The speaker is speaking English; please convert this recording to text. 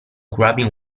grabbing